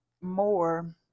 more